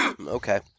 Okay